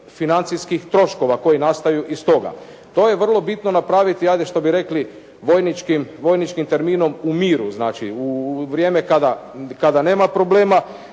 financijskih troškova koji nastaju iz toga. To je vrlo bitno napraviti ajde što bi rekli vojničkim terminom u miru, znači u vrijeme kada nema problema.